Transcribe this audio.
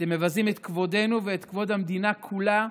אתם מבזים את כבודנו ואת כבוד המדינה כולה,